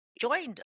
joined